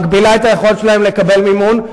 מגבילה את היכולת שלהם לקבל מימון,